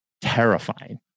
terrifying